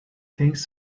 things